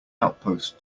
outpost